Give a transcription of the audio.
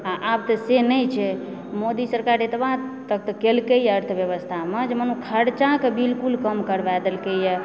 आ आब तऽ से नहि छै मोदी सरकार एतबा तक तऽ केलकैहँ जे व्यवस्थामे जे मनुष खरचा तऽ बिल्कुल कम करबा देलकैया